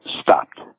stopped